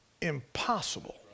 Impossible